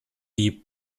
die